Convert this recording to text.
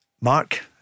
Mark